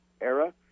era